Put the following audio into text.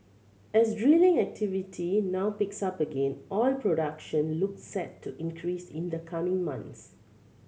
as drilling activity now picks up again oil production looks set to increase in the coming months